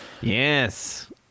Yes